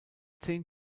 zehn